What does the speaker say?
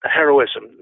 heroism